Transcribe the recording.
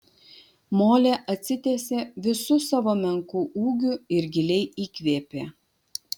molė atsitiesė visu savo menku ūgiu ir giliai įkvėpė